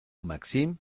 maxim